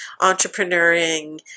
entrepreneuring